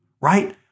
right